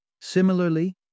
Similarly